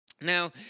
now